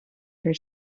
are